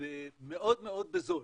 מאוד מאוד בזול,